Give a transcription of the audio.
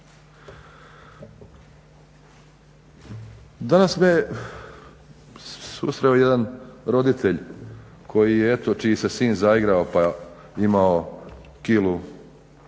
Danas me susreo jedan roditelj koji je eto, čiji se sin zaigrao pa imao kilu